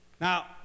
Now